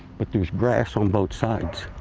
but there's grass on both sides.